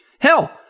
Hell